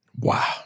Wow